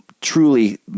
truly